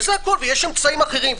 ויש אמצעים אחרים.